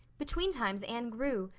between times anne grew,